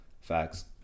facts